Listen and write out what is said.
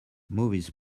movies